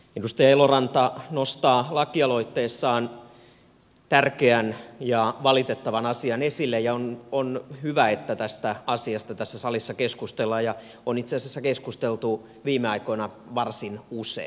edustaja eloranta nostaa lakialoitteessaan tärkeän ja valitettavan asian esille ja on hyvä että tästä asiasta tässä salissa keskustellaan ja on itse asiassa keskusteltu viime aikoina varsin usein